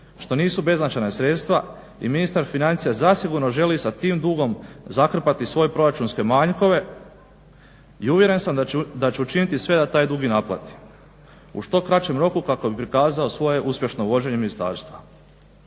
što nisu beznačajna sredstva. I ministar financija zasigurno želi sa tim dugom zakrpati svoje proračunske manjkove i uvjeren sam da će učiniti sve da taj dug i naplati u što kraćem roku kako bi prikazao svoje uspješno vođenje ministarstva.